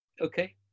Okay